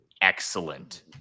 excellent